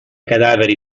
cadaveri